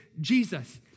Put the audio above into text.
Jesus